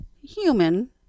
Human